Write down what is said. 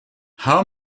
how